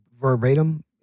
verbatim